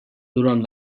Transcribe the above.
durant